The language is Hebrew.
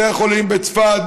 בתי החולים בצפת,